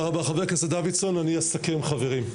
תודה רבה חבר הכנסת דוידסון, אני אסכם חברים.